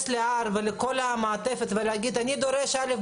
להר ולכל המעטפת ולהגיד: אני דורש א',